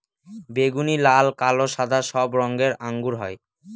বেগুনি, লাল, কালো, সাদা সব রঙের আঙ্গুর হয়